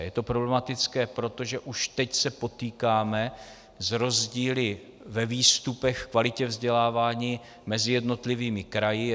Je to problematické proto, že už teď se potýkáme s rozdíly ve výstupech, v kvalitě vzdělávání mezi jednotlivými kraji.